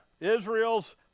Israel's